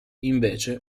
invece